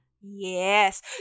Yes